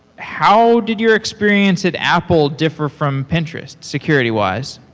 how did your experience at apple differ from pinterest security-wise?